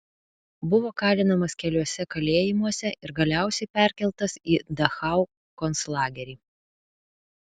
buvo kalinamas keliuose kalėjimuose ir galiausiai perkeltas į dachau konclagerį